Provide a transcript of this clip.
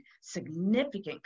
significant